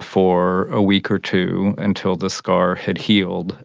for a week or two until the scar had healed.